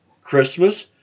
Christmas